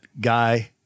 guy